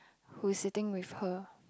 who is sitting with her